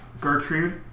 Gertrude